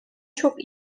çok